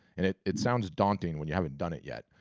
and it it sounds daunting when you haven't done it yet,